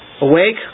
Awake